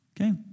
Okay